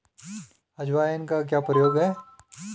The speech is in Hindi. अजवाइन का क्या प्रयोग है?